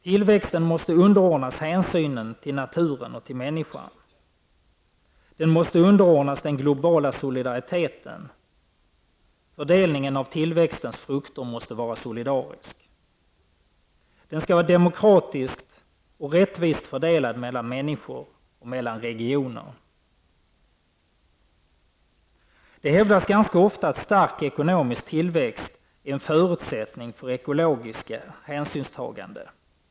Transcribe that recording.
Tillväxten måste underordnas hänsynen till naturen och till människan. Den måste underordnas den globala solidariteten. Fördelningen av tillväxtens frukter måste vara solidarisk. Den skall vara demokratiskt och rättvist fördelad mellan människor och mellan regioner. Det hävdas ganska ofta att stark ekonomisk tillväxt är en förutsättning för ekologiskt hänsynstagande.